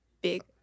big